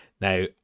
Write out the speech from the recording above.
Now